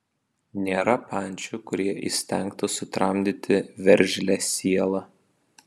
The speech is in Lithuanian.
nėra pančių kurie įstengtų sutramdyti veržlią sielą